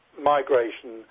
migration